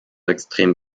extrem